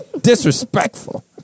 Disrespectful